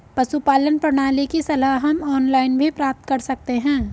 पशुपालन प्रणाली की सलाह हम ऑनलाइन भी प्राप्त कर सकते हैं